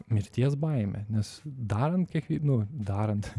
mirties baime nes darant kiekvie nu darant